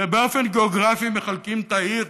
ובאופן גיאוגרפי מחלקים את העיר.